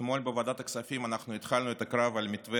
אתמול בוועדת הכספים אנחנו התחלנו את הקרב על מתווה